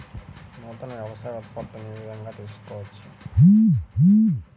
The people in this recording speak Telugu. నూతన వ్యవసాయ ఉత్పత్తులను ఏ విధంగా తెలుసుకోవచ్చు?